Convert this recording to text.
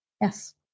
Yes